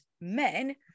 men